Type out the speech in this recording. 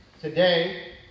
Today